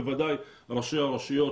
בוודאי ראשי הרשויות,